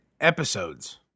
episodes